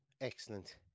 Excellent